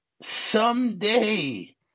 Someday